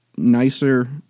Nicer